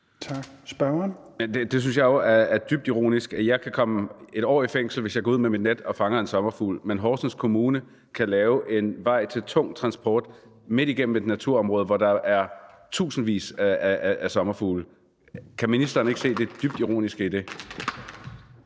Knuth (KF): Det synes jeg jo er dybt ironisk. Jeg kan komme 1 år i fængsel, hvis jeg går ud med mit net og fanger en sommerfugl, mens Horsens Kommune kan anlægge en vej til tung transport midt igennem et naturområde, hvor der er tusindvis af sommerfugle. Kan ministeren ikke se det dybt ironiske i det?